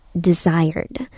desired